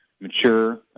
mature